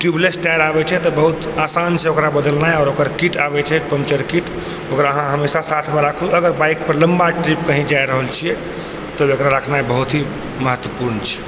tubeless tyre आबै छै तऽ बहुत आसान छै ओकरा बदलनाइ आओर ओकर किट आबै छै पञ्चर किट ओकरा अहाँ हमेशा साथमे राखू अगर बाइकपर लम्बा ट्रिपपर कहीँ जा रहल छी तब एकरा रखनाय बहुत ही महत्वपुर्ण छै